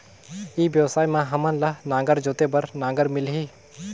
ई व्यवसाय मां हामन ला नागर जोते बार नागर मिलही?